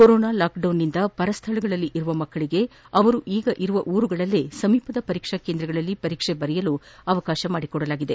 corona ಲಾಕ್ಡೌನ್ನಿಂದ ಪರ ಸ್ಥಳಗಳಲ್ಲಿ ಇರುವ ಮಕ್ಕಳಿಗೆ ಅವರು ಈಗ ಇರುವ ಊರುಗಳಲ್ಲೇ ಸಮೀಪದ ಪರೀಕ್ಷಾ ಕೇಂದ್ರಗಳಲ್ಲಿ ಪರೀಕ್ಷೆ ಬರೆಯಲು ಅವಕಾಶ ಕಲ್ಪಸಲಾಗಿದೆ